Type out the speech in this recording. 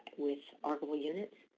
with archival units.